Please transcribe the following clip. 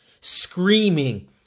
screaming